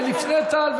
ולפני טל,